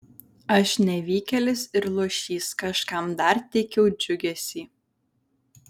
aš nevykėlis ir luošys kažkam dar teikiau džiugesį